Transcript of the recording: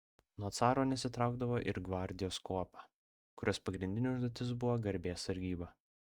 nuo caro nesitraukdavo ir gvardijos kuopa kurios pagrindinė užduotis buvo garbės sargyba